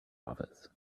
office